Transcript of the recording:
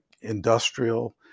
industrial